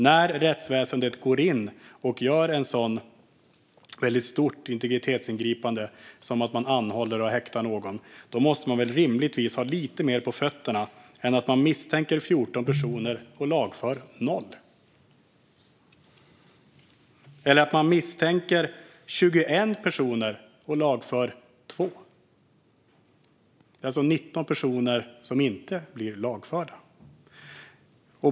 När rättsväsendet går in och gör ett sådant stort integritetsingripande att man anhåller och häktar någon måste man väl rimligtvis ha lite mer på fötterna än att man misstänker 14 personer och lagför noll eller att man misstänker 21 personer och lagför 2? Det är alltså 19 personer som inte blir lagförda.